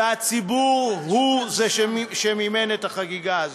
והציבור הוא זה שמימן את החגיגה הזו.